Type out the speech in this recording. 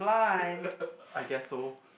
uh uh I guess so